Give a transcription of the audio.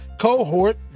cohort